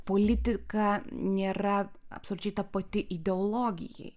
politika nėra absoliučiai tapati ideologijai